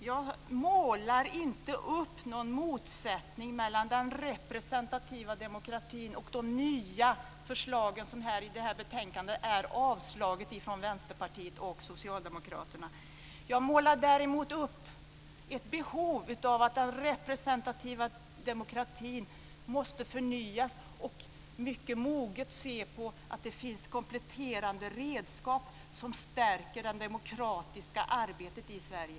Jag målar inte upp någon motsättning mellan den representativa demokratin och de nya förslagen som avstyrks av Jag målar däremot upp ett behov av att den representativa demokratin måste förnyas och mycket moget se på att det finns kompletterande redskap som stärker det demokratiska arbetet i Sverige.